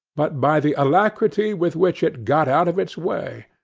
but by the alacrity with which it got out of its way.